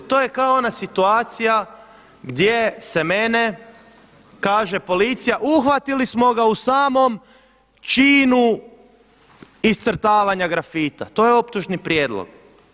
To je kao ona situacija gdje se mene, kaže policija uhvatili smo ga u samom činu iscrtavanja grafita, to je optužni prijedlog.